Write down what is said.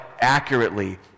accurately